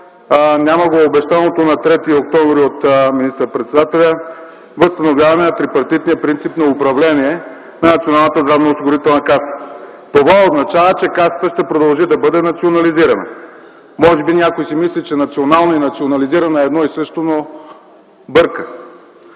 него, е обещаното на 3 октомври от министър-председателя възстановяване на трипартитния принцип на управление на Националната здравноосигурителна каса. Това означава, че Касата ще продължи да бъде национализирана. Може би някой си мисли, че „национална” и „национализирана” е едно и също, но бърка.